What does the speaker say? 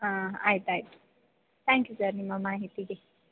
ಆಂ ಆಯ್ತು ಆಯಿತು thank you sir ನಿಮ್ಮ ಮಾಹಿತಿಗೆ